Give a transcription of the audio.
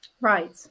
Right